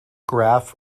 graph